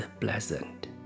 pleasant